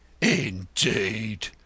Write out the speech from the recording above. Indeed